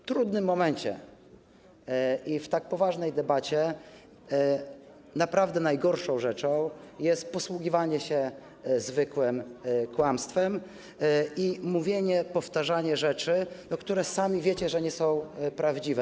W tak trudnym momencie i w tak poważnej debacie naprawdę najgorszą rzeczą jest posługiwanie się zwykłym kłamstwem i mówienie, powtarzanie rzeczy, o których sami wiecie, że nie są prawdziwe.